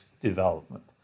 development